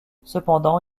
cependant